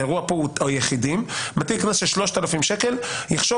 האירוע פה הוא היחידים הוא יחשוב